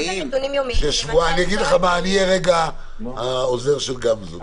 אני אהיה לרגע העוזר של פרופסור גמזו.